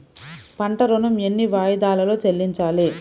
పంట ఋణం ఎన్ని వాయిదాలలో చెల్లించాలి?